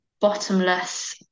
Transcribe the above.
bottomless